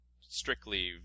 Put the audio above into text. strictly